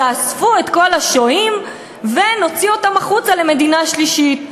יאספו את כל השוהים ונוציא אותם החוצה למדינה שלישית.